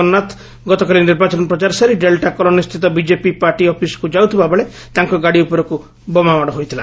ଜଗନ୍ନାଥ ଗତକାଲି ନିର୍ବାଚନ ପ୍ରଚାର ସାରି ଡେଲ୍ଟା କଲୋନିସ୍ସିତ ବିଜେପି ପାର୍ଟି ଅଫିସ୍କୁ ଯାଉଥିବା ବେଳେ ତାଙ୍ ଗାଡ଼ି ଉପରକୁ ବୋମାମାଡ଼ ହୋଇଛି